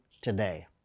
today